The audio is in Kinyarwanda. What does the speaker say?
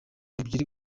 ebyiri